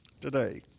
today